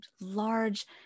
large